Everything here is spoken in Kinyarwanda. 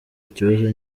ikibazo